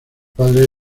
padre